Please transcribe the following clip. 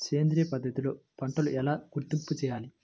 సేంద్రియ పద్ధతిలో పంటలు ఎలా గుర్తింపు చేయాలి?